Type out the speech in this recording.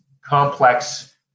complex